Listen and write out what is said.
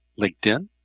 LinkedIn